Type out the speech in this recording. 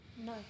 No